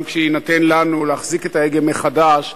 גם כשיינתן לנו להחזיק את ההגה מחדש,